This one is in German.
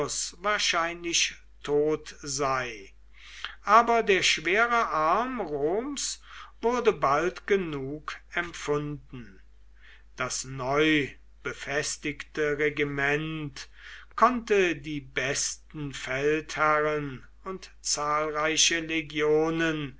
wahrscheinlich tot sei aber der schwere arm roms wurde bald genug empfunden das neu befestigte regiment konnte die besten feldherren und zahlreiche legionen